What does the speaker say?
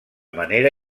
manera